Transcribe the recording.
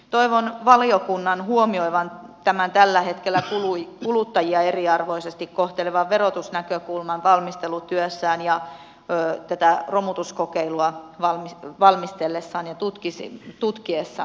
toivon valiokunnan huomioivan tämän tällä hetkellä kuluttajia eriarvoisesti kohtelevan verotusnäkökulman valmistelutyössään ja tätä romutuskokeilua valmistellessaan ja tutkiessaan